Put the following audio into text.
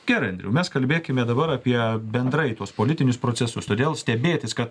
gerai andriau mes kalbėkime dabar apie bendrai tuos politinius procesus todėl stebėtis kad